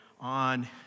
on